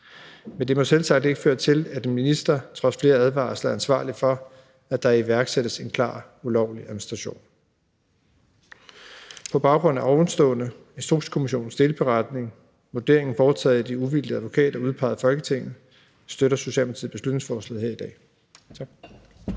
Men det må selvsagt ikke føre til, at en minister trods flere advarsler er ansvarlig for, at der iværksættes en klart ulovlig administration. På baggrund af ovenstående, Instrukskommissionens delberetning og vurderingen foretaget af de uvildige advokater udpeget af Folketinget støtter Socialdemokratiet beslutningsforslaget her i dag.